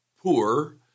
poor